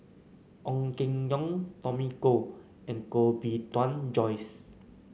Ong Keng Yong Tommy Koh and Koh Bee Tuan Joyce